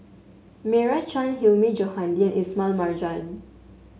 Meira Chand Hilmi Johandi Ismail Marjan